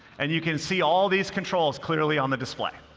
and you can see all these controls clearly on the display.